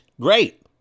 great